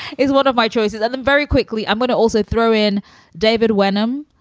is one of my choices. and then very quickly, i want to also throw in david wenham,